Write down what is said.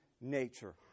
nature